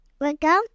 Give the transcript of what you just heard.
Welcome